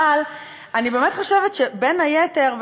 אבל אני באמת חושבת שבין היתר,